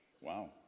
Wow